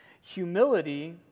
Humility